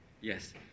Yes